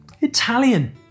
Italian